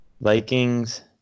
Vikings